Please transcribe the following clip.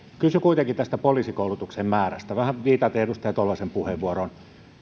kysyn kuitenkin tästä poliisikoulutuksen määrästä vähän viitaten edustaja tolvasen puheenvuoroon